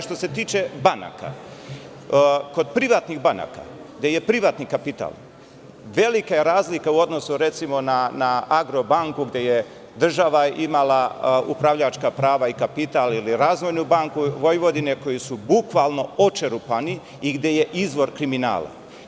Što se tiče banaka, kod privatnih banaka, gde je privatni kapital velika je razlika u odnosu na "Agrobanku" gde je država imala upravljačka prava i kapital, ili "Razvojnu banku Vojvodine" koja je bukvalno očerupana i gde je izvor kriminala.